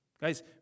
Guys